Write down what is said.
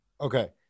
okay